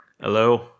Hello